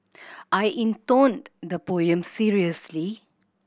I intoned the poem seriously